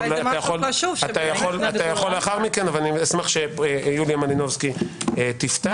אתה יכול לאחר מכן אבל אשמח שיוליה מלינובסקי תפתח,